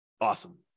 Awesome